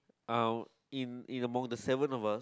um in in the about the seven of us